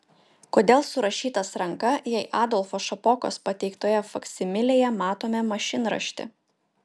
kodėl surašytas ranka jei adolfo šapokos pateiktoje faksimilėje matome mašinraštį